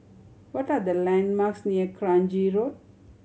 what are the landmarks near Kranji Road